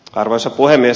arvoisa puhemies